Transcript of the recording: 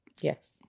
yes